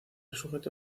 sujeto